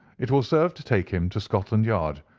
it will serve to take him to scotland yard.